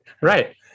Right